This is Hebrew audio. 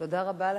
תודה רבה.